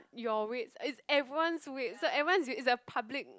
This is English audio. your weight it's it's everyone's weight so everyone's weight is a public